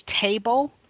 table